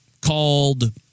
called